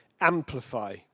amplify